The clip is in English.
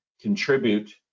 contribute